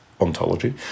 ontology